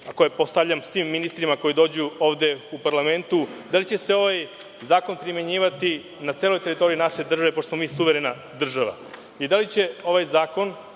koje postavljam svim ministrima koji dođu u parlament – da li će se ovaj zakon primenjivati na celoj teritoriji naše države pošto smo mi suverena država? Da li će ovaj zakon